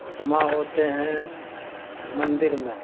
جمع ہوتے ہیں مندر میں